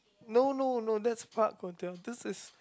no no no that's Park Hotel this is